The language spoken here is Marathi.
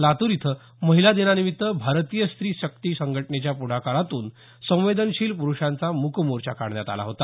लातूर इथं महिला दिनानिमित्त भारतीय स्त्री शक्ती संघटनेच्या पुढाकारातून संवेदनशील प्रुषांचा मूक मोर्चा काढण्यात आला होता